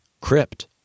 Crypt